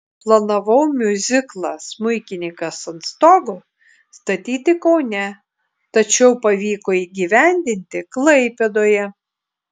planavau miuziklą smuikininkas ant stogo statyti kaune tačiau pavyko įgyvendinti klaipėdoje